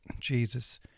Jesus